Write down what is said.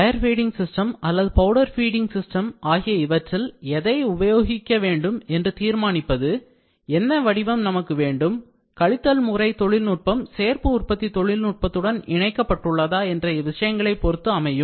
wire feeding system அல்லது powder feeding system ஆகிய இவற்றில் எதை உபயோகிக்க வேண்டும் என்று தீர்மானிப்பது என்ன வடிவம் நமக்கு வேண்டும் கழித்தல் முறை தொழில்நுட்பம் சேர்ப்பு உற்பத்தி தொழில் நுட்பத்துடன் இணைக்கப்பட்டுள்ளதா என்ற விஷயங்களை பொறுத்து அமையும்